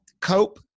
Cope